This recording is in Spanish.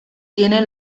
tienen